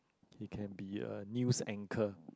he can be a news anchor